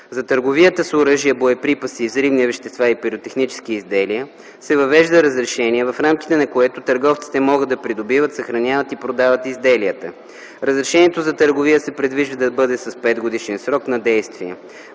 За търговия с оръжия, боеприпаси, взривни вещества и пиротехнически изделия се въвежда разрешение, в рамките на което търговците могат да придобиват, съхраняват и продават изделията. Разрешението за търговия се предвижда да бъде с петгодишен срок на действие.